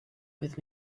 with